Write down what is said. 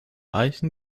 eichen